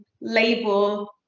label